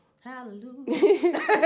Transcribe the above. Hallelujah